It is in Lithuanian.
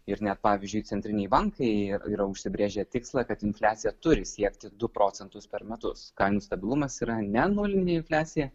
ir net pavyzdžiui centriniai bankai yra užsibrėžę tikslą kad infliacija turi siekti du procentus per metus kainų stabilumas yra ne nulinė infliacija